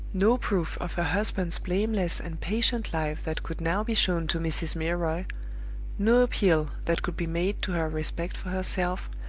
no proof of her husband's blameless and patient life that could now be shown to mrs. milroy no appeal that could be made to her respect for herself,